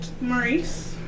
Maurice